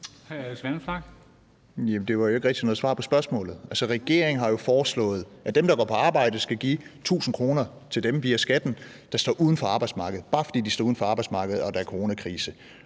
det var jo ikke rigtig noget svar på spørgsmålet. Altså, regeringen har jo foreslået, at dem, der går på arbejde, skal give 1.000 kr. via skatten til dem, der står uden for arbejdsmarkedet, bare fordi de står uden for arbejdsmarkedet, og fordi der er coronakrise.